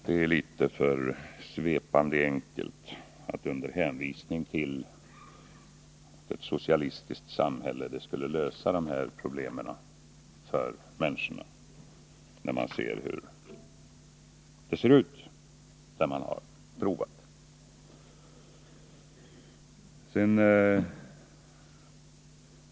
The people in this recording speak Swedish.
Det är litet för svepande enkelt att hänvisa till att ett socialistiskt samhälle skulle lösa problemen för människorna — när vi ser hur det ser ut där man provat.